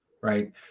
right